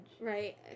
Right